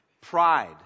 Pride